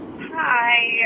Hi